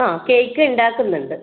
ആ കേക്ക് ഉണ്ടാക്കുന്നുണ്ട്